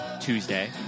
Tuesday